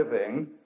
living